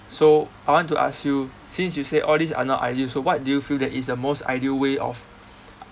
so I want to ask you since you say all these are not ideal so what do you feel that is the most ideal way of